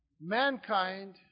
Mankind